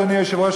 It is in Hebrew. אדוני היושב-ראש,